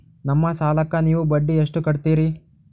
ನಮ್ಮ ಸಾಲಕ್ಕ ನೀವು ಬಡ್ಡಿ ಎಷ್ಟು ಹಾಕ್ತಿರಿ?